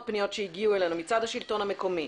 פניות שהגיעו אלינו מצד השלטון המקומי,